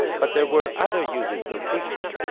but there were other uses of ficta,